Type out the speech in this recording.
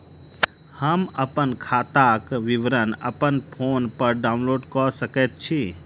हम अप्पन खाताक विवरण अप्पन फोन पर डाउनलोड कऽ सकैत छी?